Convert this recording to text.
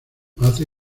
hace